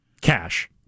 Cash